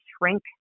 shrink